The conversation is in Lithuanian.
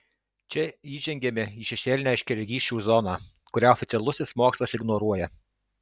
čia įžengiame į šešėlinę aiškiaregysčių zoną kurią oficialusis mokslas ignoruoja